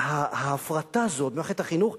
וההפרטה הזאת במערכת החינוך,